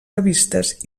revistes